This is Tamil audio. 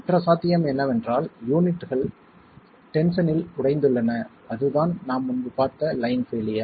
மற்ற சாத்தியம் என்னவென்றால் யூனிட்கள் டென்ஷன்னில் உடைந்துள்ளன அதுதான் நாம் முன்பு பார்த்த லைன் பெயிலியர்